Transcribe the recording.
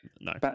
No